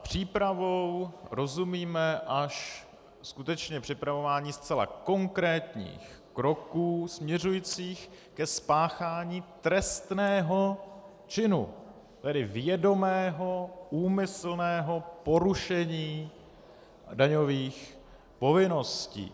Přípravou rozumíme až skutečně připravování zcela konkrétních kroků směřujících ke spáchání trestného činu, tedy vědomého, úmyslného porušení daňových povinností.